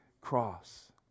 cross